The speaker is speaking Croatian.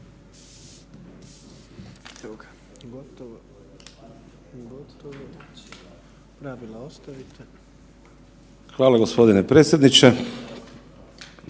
Hvala g. predsjedniče.